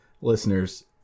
listeners